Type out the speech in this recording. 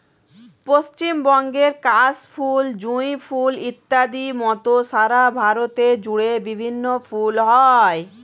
পশ্চিমবঙ্গের কাশ ফুল, জুঁই ফুল ইত্যাদির মত সারা ভারত জুড়ে বিভিন্ন ফুল হয়